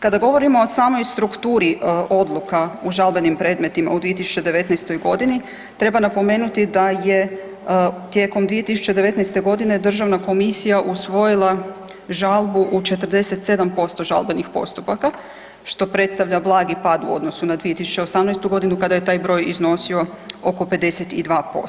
Kada govorimo o samoj strukturi odluka u žalbenim predmetima u 2019.g. treba napomenuti da je tijekom 2019.g. državna komisija usvojila žalbu u 47% žalbenih postupaka, što predstavlja blagi pad u odnosu na 2018.g. kada je taj broj iznosio oko 52%